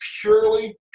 purely